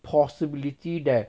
possibility that